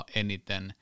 eniten